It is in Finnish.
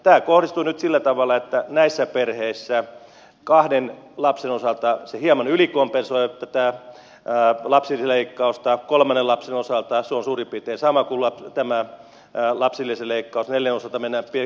tämä kohdistuu nyt sillä tavalla että näissä perheissä kahden lapsen osalta se hieman ylikompensoi tätä lapsilisäleikkausta kolmannen lapsen osalta se on suurin piirtein sama kuin tämä lapsilisäleikkaus neljännen osalta mennään pienesti pakkaselle